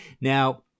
now